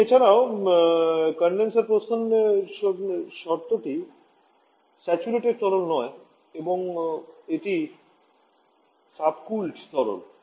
এবং এছাড়াও কনডেনসার প্রস্থান শর্তটি স্যাচুরেটেড তরল নয় বরং এটি সাবকুলড তরল